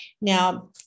Now